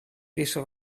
wieso